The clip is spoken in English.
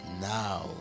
now